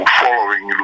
following